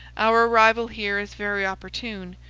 our arrival here is very opportune.